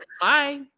Bye